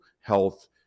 health